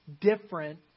different